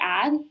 add